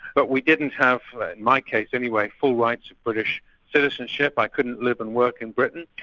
but we didn't have in my case anyway, full rights to british citizenship, i couldn't live and work in britain,